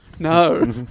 No